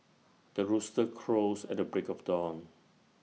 the rooster crows at the break of dawn